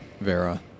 Vera